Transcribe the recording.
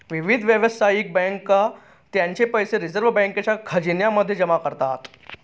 विविध व्यावसायिक बँका त्यांचे पैसे रिझर्व बँकेच्या खजिन्या मध्ये जमा करतात